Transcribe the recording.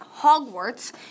Hogwarts